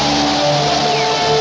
and